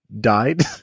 died